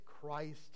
Christ